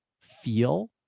feel